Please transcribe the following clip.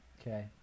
Okay